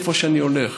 איפה שאני הולך,